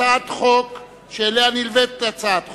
הצעת חוק שאליה נלווית הצעת חוק,